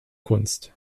kunst